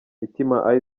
mitima